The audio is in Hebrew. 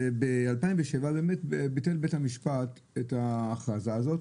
וב-2007 באמת ביטל בית המשפט את ההכרזה הזאת.